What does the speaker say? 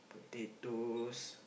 potatoes